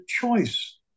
choice